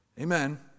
Amen